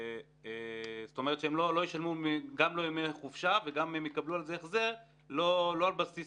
אם דיברו על כאוס בביקור חולים, רמב"ם לפעמים